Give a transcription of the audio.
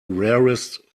rarest